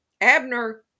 Abner